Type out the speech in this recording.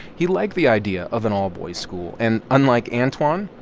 he liked the idea of an all-boys school and, unlike antwan,